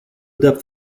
depth